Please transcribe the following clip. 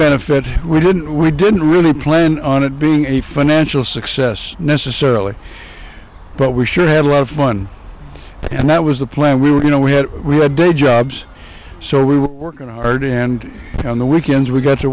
benefit we didn't we didn't really plan on it being a financial success necessarily but we sure had a lot of fun and that was the plan we were you know we had we had day jobs so we were working hard and on the weekends we got to